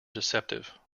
deceptive